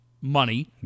money